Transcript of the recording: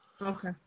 Okay